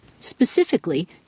Specifically